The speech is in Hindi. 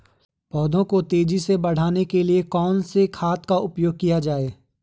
पौधों को तेजी से बढ़ाने के लिए कौन से खाद का उपयोग किया जाए?